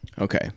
okay